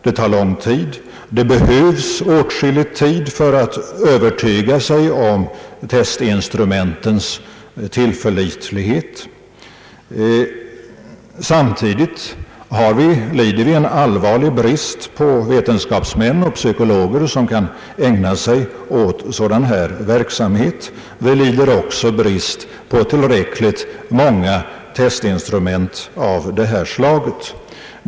Det tar lång tid, och det behövs också åtskillig tid för att övertyga sig om = testinstrumentets = tillförlitlighet. Samtidigt lider vi en allvarlig brist på vetenskapsmän och psykologer som kan ägna sig åt sådan här verksamhet. Vi lider också brist på tillräckligt många testinstrument av det här slaget.